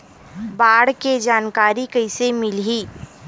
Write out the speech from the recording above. बाढ़ के जानकारी कइसे मिलही?